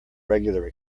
regular